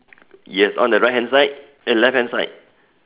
yes on the right hand side eh left hand side